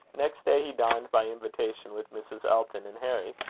next day he dined by invitation with mrs. elton and harry.